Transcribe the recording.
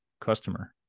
customer